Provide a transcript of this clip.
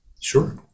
sure